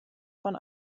von